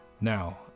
Now